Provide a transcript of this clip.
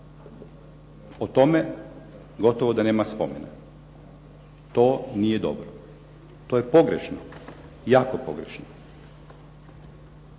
O tome gotovo da nema spomena. To nije dobro. To je pogrešno, jako pogrešno.